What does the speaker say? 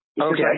Okay